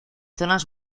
zonas